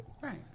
Right